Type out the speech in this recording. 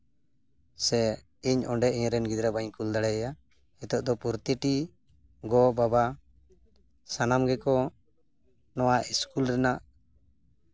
ᱥᱮ ᱤᱧ ᱚᱸᱰᱮ ᱤᱧᱨᱮᱱ ᱜᱤᱫᱽᱨᱟᱹ ᱵᱟᱹᱧ ᱠᱩᱞ ᱫᱟᱲᱮ ᱟᱭᱟ ᱱᱤᱛᱳᱜ ᱫᱚ ᱯᱨᱚᱛᱤᱴᱤ ᱜᱚᱼᱵᱟᱵᱟ ᱥᱟᱱᱟᱢ ᱜᱮᱠᱚ ᱱᱚᱣᱟ ᱤᱥᱠᱩᱞ ᱨᱮᱱᱟᱜ